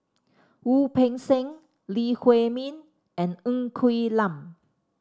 Wu Peng Seng Lee Huei Min and Ng Quee Lam